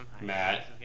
Matt